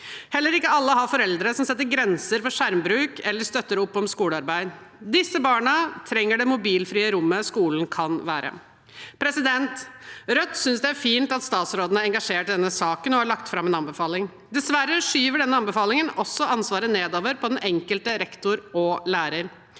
i skolen 2407 eldre som setter grenser for skjermbruk, eller som støtter opp om skolearbeid. Disse barna trenger det mobilfrie rommet skolen kan være. Rødt synes det er fint at statsråden er engasjert i denne saken og har lagt fram en anbefaling. Dessverre skyver denne anbefalingen også ansvaret nedover, på den enkelte rektor og lærer.